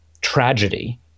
tragedy